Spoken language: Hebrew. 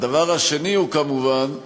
הדבר השני הוא שכמובן,